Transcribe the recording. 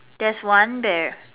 there's one there